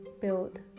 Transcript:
build